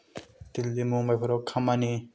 दिल्ली मुम्बाईफोराव खामानि